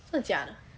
真的假的